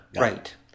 Right